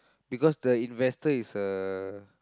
because the investors is a